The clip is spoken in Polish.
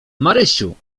marysiu